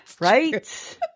Right